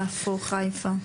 יפו, חיפה.